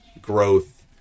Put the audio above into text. growth